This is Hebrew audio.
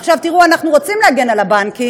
עכשיו, תראו, אנחנו רוצים להגן על הבנקים,